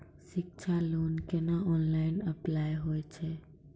शिक्षा लोन केना online apply होय छै?